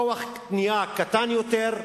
כוח קנייה קטן יותר,